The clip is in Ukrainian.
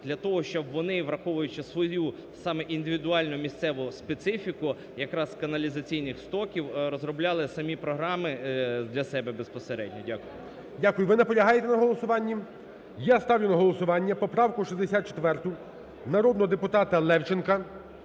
для того, щоб вони, враховуючи свою саме індивідуальну місцеву специфіку, якраз каналізаційних стоків розробляли самі програми для себе безпосередньо. Дякую. ГОЛОВУЮЧИЙ. Дякую. Ви наполягаєте на голосуванні? Я ставлю на голосування поправку 64 народного депутата Левченка.